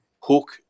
Hook